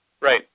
Right